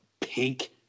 pink